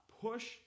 push